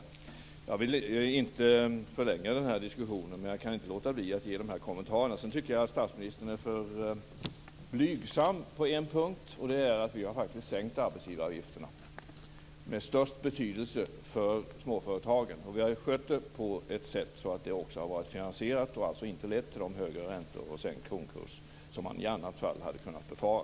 Jag vill inte förlänga den här diskussionen. Men jag kan inte låta bli att göra de här kommentarerna. Dessutom tycker jag att statsministern är för blygsam på en punkt. Vi har faktiskt sänkt arbetsgivaravgifterna, med störst betydelse för småföretagen. Vi har skött det på ett sådant sätt att det också har varit finansierat och alltså inte har lett till högre räntor och sänkt kronkurs som man i annat fall hade kunnat befara.